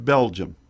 Belgium